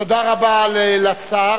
תודה רבה לשר.